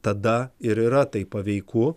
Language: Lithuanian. tada ir yra tai paveiku